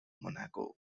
monaco